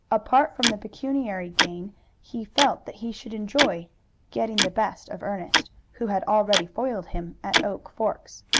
apart from the pecuniary gain he felt that he should enjoy getting the best of ernest, who had already foiled him at oak forks.